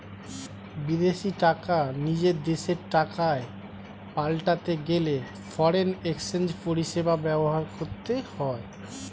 বিদেশী টাকা নিজের দেশের টাকায় পাল্টাতে গেলে ফরেন এক্সচেঞ্জ পরিষেবা ব্যবহার করতে হয়